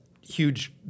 huge